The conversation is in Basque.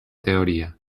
teoria